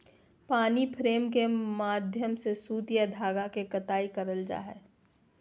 पानी फ्रेम के माध्यम से सूत या धागा के कताई करल जा हय